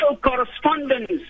correspondence